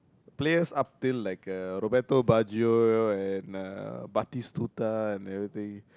players up till like uh Roberto-Bargio you know and uh Batistoota and everything